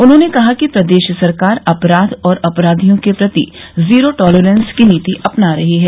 उन्होंने कहा कि प्रदेश सरकार अपराध और अपराधियों के प्रति जीरो टॉलरेंस की नीति अपना रही है